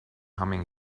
humming